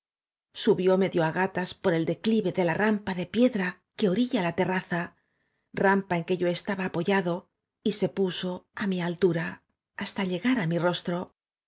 i o á gatas por el declive de la rampa de piedra q u e orilla la terraza rampa en que y o estaba a p o y a d o y se p u s o á mi altura h a s t a llegar á m i rostro